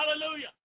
Hallelujah